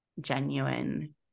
genuine